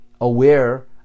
aware